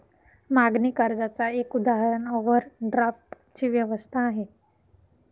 मागणी कर्जाच एक उदाहरण ओव्हरड्राफ्ट ची व्यवस्था आहे